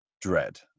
dread